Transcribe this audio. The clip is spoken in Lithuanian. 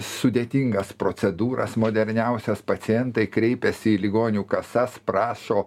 sudėtingas procedūras moderniausias pacientai kreipiasi į ligonių kasas prašo